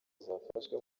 zafashwe